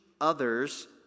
others